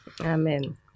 Amen